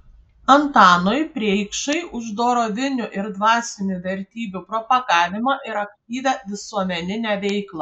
antanui preikšai už dorovinių ir dvasinių vertybių propagavimą ir aktyvią visuomeninę veiklą